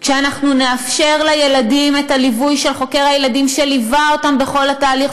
אנחנו נאפשר לילדים את הליווי של חוקר הילדים שליווה אותם בכל התהליך,